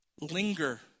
Linger